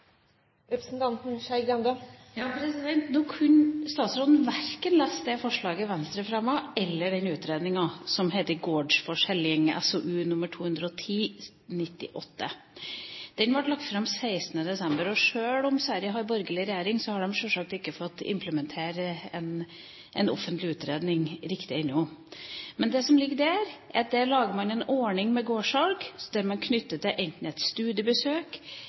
verken det forslaget Venstre fremmet, eller den utredningen som heter Gårdsförsäljning, SOU 2010:98. Den ble lagt fram 16. desember i fjor. Sjøl om Sverige har borgerlig regjering, har de sjølsagt ikke fått implementert en offentlig utredning riktig ennå. Men det som ligger der, er en ordning med gårdssalg, som man knytter til enten et studiebesøk,